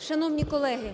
Шановні колеги,